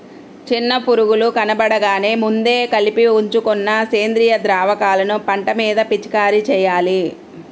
చిన్న పురుగులు కనబడగానే ముందే కలిపి ఉంచుకున్న సేంద్రియ ద్రావకాలను పంట మీద పిచికారీ చెయ్యాలి